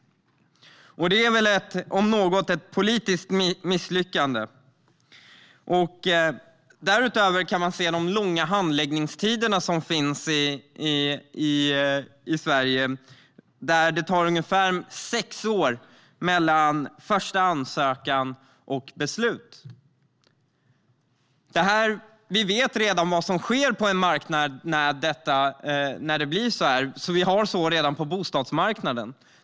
Detta om något är ett politiskt misslyckande. Därutöver kan man se de långa handläggningstiderna i Sverige. Det tar ungefär sex år mellan första ansökan och beslut. Vi vet redan vad som sker på en marknad när det blir på detta sätt. Så är det redan på bostadsmarknaden.